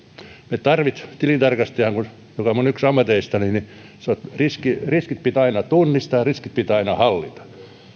ne tarvitsevat tilintarkastajan joka on yksi minun ammateistani että riskit pitää aina tunnistaa ja riskit pitää aina hallita